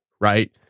right